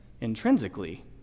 intrinsically